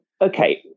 okay